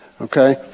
Okay